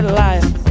life